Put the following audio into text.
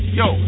yo